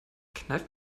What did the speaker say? kneif